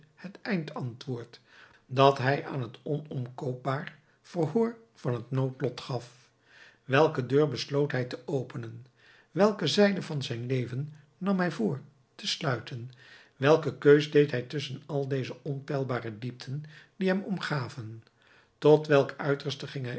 het eind antwoord dat hij aan het onomkoopbaar verhoor van het noodlot gaf welke deur besloot hij te openen welke zijde van zijn leven nam hij voor te sluiten welke keus deed hij tusschen al deze onpeilbare diepten die hem omgaven tot welk uiterste ging